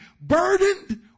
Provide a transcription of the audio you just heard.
burdened